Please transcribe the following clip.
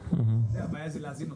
הבעיה זה להזין אותו,